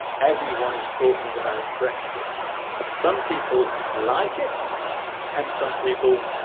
everyone is talking about brexit some people like it and some people